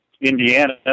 Indiana